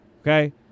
Okay